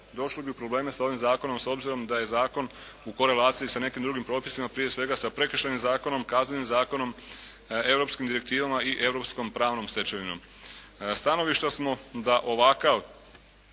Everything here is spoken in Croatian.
došli bi u probleme s ovim zakonom, s obzirom da je zakon u korelaciji sa nekim drugim propisima, prije svega sa Prekršajnim zakonom, Kaznenim zakonom, europskim direktivama i europskom pravnom stečevinom. Stanovišta smo da ovakav